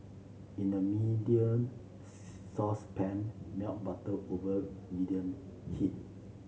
in a medium saucepan melt butter over medium heat